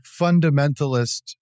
fundamentalist